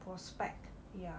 prospect ya